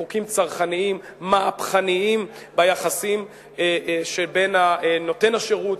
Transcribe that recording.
חוקים צרכניים מהפכניים ביחסים שבין נותן השירות